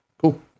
cool